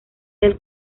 del